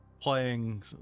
Playing